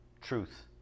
truth